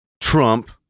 Trump